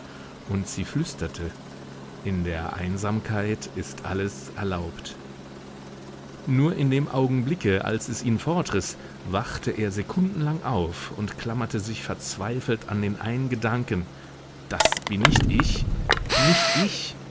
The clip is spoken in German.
und sie flüsterte in der einsamkeit ist alles erlaubt nur in dem augenblicke als es ihn fortriß wachte er sekundenlang auf und klammerte sich verzweifelt an den einen gedanken das bin nicht ich nicht ich